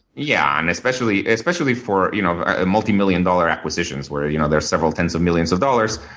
yeah, and especially especially for you know a multimillion dollar acquisition is where you know there are several tens of millions of dollars,